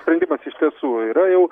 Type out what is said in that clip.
sprendimas iš tiesų yra jau